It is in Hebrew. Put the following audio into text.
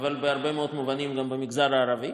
אבל בהרבה מאוד מובנים גם במגזר הערבי,